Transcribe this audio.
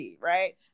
right